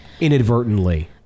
inadvertently